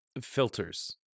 filters